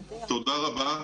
בשמחה, תודה רבה.